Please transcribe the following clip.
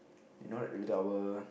you know the